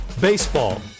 Baseball